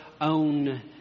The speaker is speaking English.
own